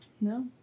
No